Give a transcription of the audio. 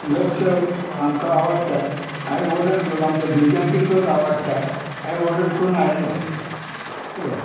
lux आमकां आवडटात हांयें ऑर्डर केलो आमच्या भुरग्यांकी तोच आवडटा हांयें ऑर्डर करून हाडलो पुरो